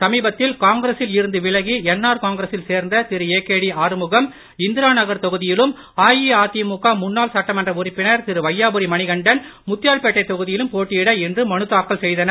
சமீபத்தில் காங்கிரசில் இருந்து விலகி என் ஆர் காங்கிரசில் சேர்ந்த Thiru A K D Arumugam Indiranagar தொகுதியிலும் அதிமுக முன்னாள் சட்டமன்ற உறுப்பினர் திரு வையாபுரி மணிகண்டன் முத்தியால்பேட்டை தொகுதியிலும் போட்டியிட இன்று மனுதாக்கல் செய்தனர்